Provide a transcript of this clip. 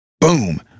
Boom